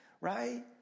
right